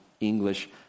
English